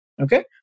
okay